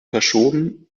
verschoben